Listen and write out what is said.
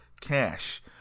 Cash